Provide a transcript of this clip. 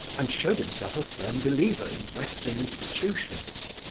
and showed himself a firm believer in western institutions.